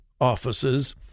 offices